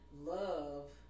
Love